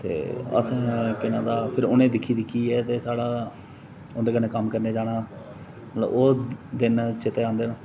ते असें उ'नेंई दिक्खी दिक्खियै ओह् साढ़ा उं'दे कन्नै कम्म करने ई जाटना ओह्